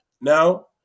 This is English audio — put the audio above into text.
Now